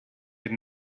had